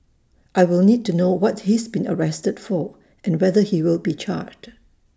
I will need to know what he's been arrested for and whether he will be charged